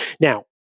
now